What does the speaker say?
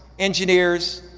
engineers,